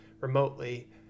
remotely